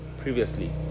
previously